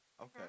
Okay